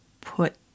put